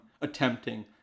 attempting